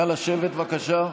נא לשבת, בבקשה.